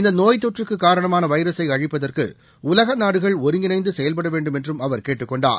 இந்தநோய் தொற்றுக்குகாரணமானவைரஸை அழிப்பதற்குஉலகநாடுகள் ஒருங்கிணைந்துசெயல்படவேண்டும் என்றும் அவர் கேட்டுக் கொண்டார்